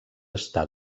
està